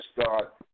start